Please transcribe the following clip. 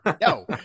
no